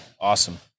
awesome